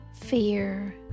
fear